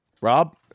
Rob